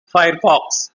firefox